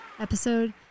episode